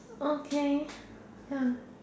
okay ya